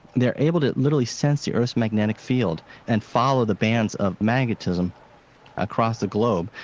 they're able to literally sense the earth's magnetic field, and follow the bands of magnetism across the globe,